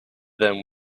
them